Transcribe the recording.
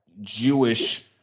Jewish